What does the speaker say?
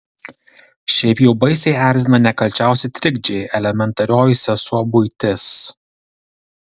šiaip jau baisiai erzina nekalčiausi trikdžiai elementarioji sesuo buitis